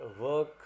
work